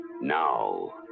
Now